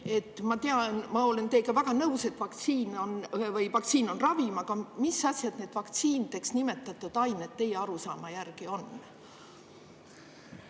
Ma tean ja ma olen teiega väga nõus, et vaktsiin on ravim, aga mis asjad need vaktsiinideks nimetatud ained teie arusaama järgi on?